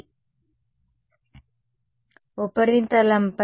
విద్యార్థి ఉపరితలంపై